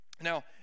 now